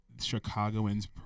chicagoans